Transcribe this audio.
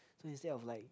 so instead of like